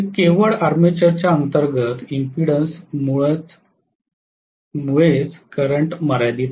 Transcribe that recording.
केवळ आर्मेचरच्या अंतर्गत इम्पीडन्स मुळेच करंट मर्यादित आहे